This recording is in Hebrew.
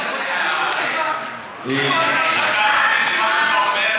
עמונה, אתה מאמין למה שאתה אומר?